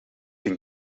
een